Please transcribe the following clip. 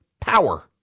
power